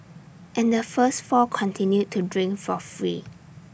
and the first four continued to drink for free